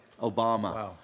Obama